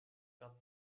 god